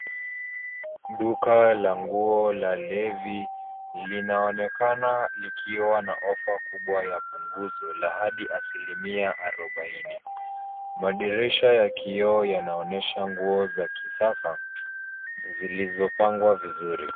Duka la nguo la Levi linaonekana likiwa na offer kubwa ya punguzo la hadi asilimia arubaini. Madirisha ya kioo yanaonyesha nguo za kisasa zilizopangwa vizuri.